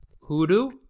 Hoodoo